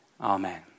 Amen